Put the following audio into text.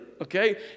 okay